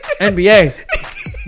NBA